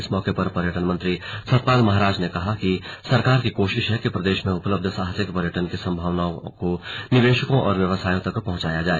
इस मौके पर पर्यटन मंत्री सतपाल महाराज ने कहा कि सरकार की कोशिश है कि प्रदेश में उपलब्ध साहसिक पर्यटन की संभावनाओं को निवेशकों और व्यवसायियों तक पहुंचाया जाए